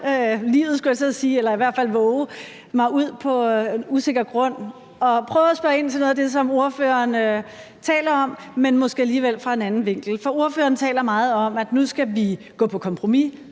livet, skulle jeg til at sige, eller i hvert fald vove mig ud på usikker grund og prøve at spørge ind til noget af det, som ordføreren taler om, men måske alligevel stille spørgsmålet fra en anden vinkel. Ordføreren taler meget om, at nu skal vi gå på kompromis